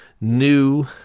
new